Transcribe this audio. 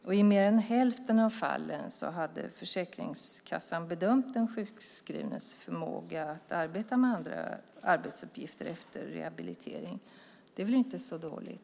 I mer än hälften av fallen hade Försäkringskassan bedömt den sjukskrivnes förmåga att utföra andra arbetsuppgifter efter rehabilitering. Det är väl inte så dåligt?